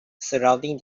surrounding